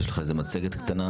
יש לך איזושהי מצגת קטנה.